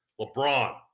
LeBron